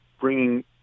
bringing